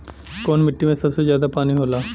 कौन मिट्टी मे सबसे ज्यादा पानी होला?